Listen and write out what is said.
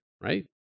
right